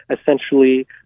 essentially